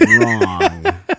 Wrong